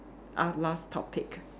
ah last topic